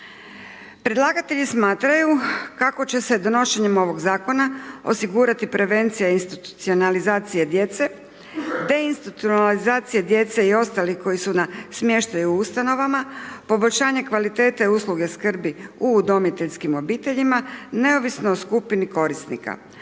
Predlagatelji smatraju kako će se donošenjem ovog zakona osigurati prevencija institucionalizacije djece, deinstitucionalizacija djece i ostalih koji su na smještaju u ustanovama, poboljšanje kvalitete usluge, skrbi u udomiteljskim obiteljima neovisno o skupini korisnika,